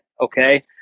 okay